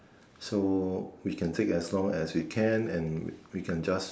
so we can take as long as we can and we can just